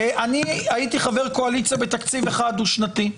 הייתי חבר קואליציה בתקציב אחד דו-שנתי.